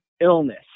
illness